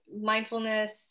mindfulness